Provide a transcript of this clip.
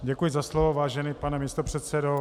Děkuji za slovo, vážený pane místopředsedo.